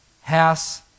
house